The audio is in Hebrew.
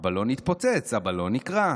הבלון התפוצץ, הבלון נקרע.